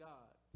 God